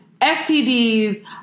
STDs